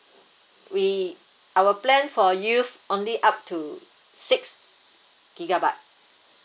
we our plan for youth only up to six gigabyte